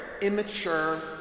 immature